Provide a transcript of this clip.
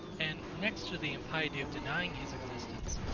and, next to the impiety of denying his existence,